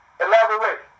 elaborate